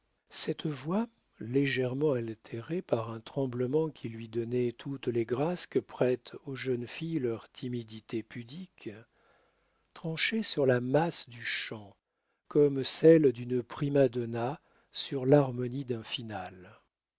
cette voix légèrement altérée par un tremblement qui lui donnait toutes les grâces que prête aux jeunes filles leur timidité pudique tranchait sur la masse du chant comme celle d'une prima donna sur l'harmonie d'un finale